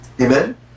Amen